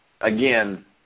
again